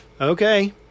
okay